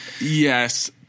Yes